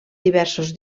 diversos